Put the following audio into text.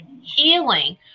healing